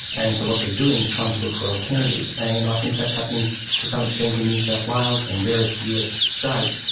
and so what they're doing is trying to look for alternatives. and i think that's happening to some extent in new south wales and various us states.